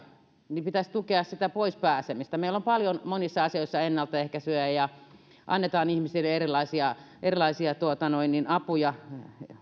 niin pitäisi tukea sitä pois pääsemistä meillä on paljon monissa asioissa ennaltaehkäisyä ja annetaan ihmisille erilaisia erilaisia apuja